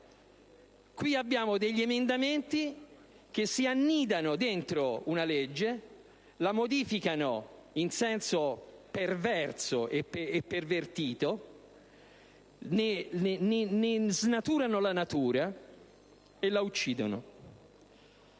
caso abbiamo emendamenti che si annidano dentro un disegno di legge, lo modificano in senso perverso e pervertito, ne snaturano la natura e lo uccidono.